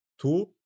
two